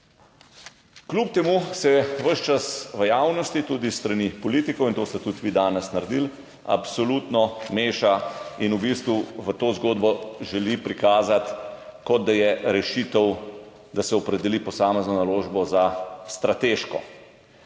Kljub temu se ves čas v javnosti, tudi s strani politikov, in to ste tudi vi danes naredili, absolutno meša in v bistvu v to zgodbo želi prikazati, kot da je rešitev, da se opredeli posamezno naložbo za strateško.